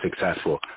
successful